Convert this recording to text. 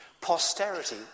Posterity